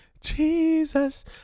Jesus